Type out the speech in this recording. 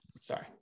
sorry